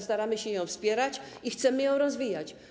Staramy się ją wspierać i chcemy ją rozwijać.